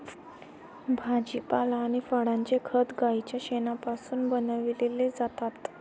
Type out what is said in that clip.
भाजीपाला आणि फळांचे खत गाईच्या शेणापासून बनविलेले जातात